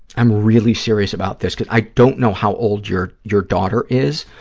i'm really serious about this, because i don't know how old your your daughter is,